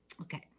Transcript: Okay